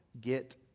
get